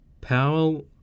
Powell